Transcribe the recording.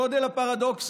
גודל הפרדוקס